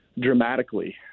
dramatically